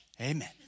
amen